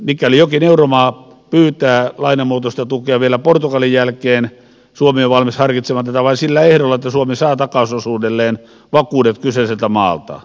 mikäli jokin euromaa pyytää lainamuotoista tukea vielä portugalin jälkeen suomi on valmis harkitsemaan tätä vain sillä ehdolla että saa takausosuudelleen vakuudet kyseiseltä maalta